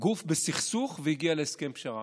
גוף בסכסוך והגיע להסכם פשרה.